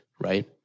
right